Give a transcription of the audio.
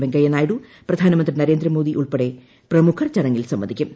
വെങ്കയ്യ നായിഡു പ്രധാനമന്ത്രി നരേന്ദ്രമോദി ഉൾപ്പെടെ പ്രമുഖർ ചടങ്ങിൽ സംബന്ധിക്കും